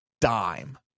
dime